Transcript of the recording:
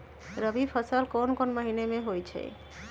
रबी फसल कोंन कोंन महिना में होइ छइ?